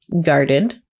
guarded